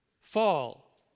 fall